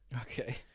Okay